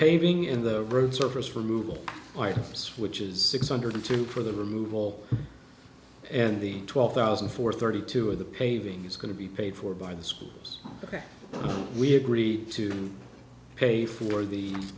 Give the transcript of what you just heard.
paving in the road surface remove all artifice which is six hundred two for the removal and the twelve thousand for thirty two of the paving is going to be paid for by the schools ok we agreed to pay for the